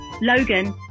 Logan